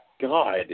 God